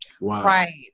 Right